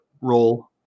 role